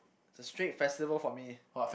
it's a street festival for me